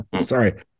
Sorry